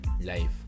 Life